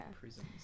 Prisons